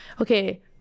okay